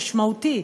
משמעותי,